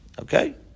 Okay